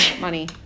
money